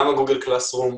גם הגוגל קלאס רום,